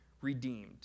redeemed